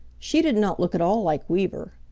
she did not look at all like weaver.